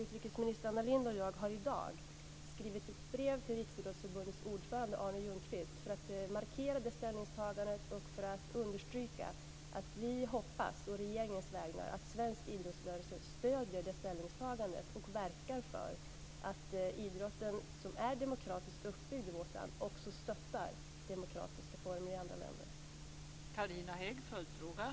Utrikesminister Anna Lindh och jag har i dag skrivit ett brev till Riksidrottsförbundets ordförande Arne Ljungqvist för att markera detta ställningstagande och för att understryka att vi å regeringens vägnar hoppas att svensk idrottsrörelse stöder detta ställningstagande och verkar för att idrotten, som är demokratiskt uppbyggd i vårt land, också stöttar demokratiska former i andra länder.